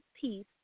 peace